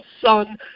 son